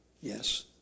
yes